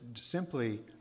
simply